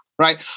right